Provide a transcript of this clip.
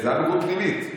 זאת הייתה בגרות פנימית,